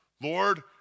Lord